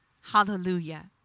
Hallelujah